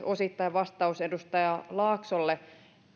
osittain vastaus myös edustaja laaksolle